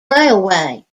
railway